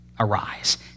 arise